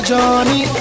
Johnny